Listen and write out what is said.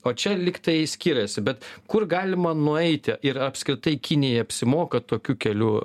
o čia lygtai skiriasi bet kur galima nueiti ir apskritai kinijai apsimoka tokiu keliu